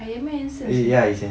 ironman handsome seh